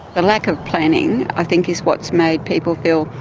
and lack of planning i think is what's made people feel,